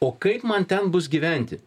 o kaip man ten bus gyventi